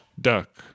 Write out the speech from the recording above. duck